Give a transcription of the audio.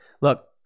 Look